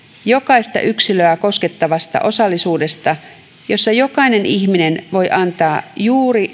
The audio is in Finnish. jokaista yksilöä koskettavasta osallisuudesta jossa jokainen ihminen voi antaa juuri